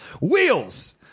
Wheels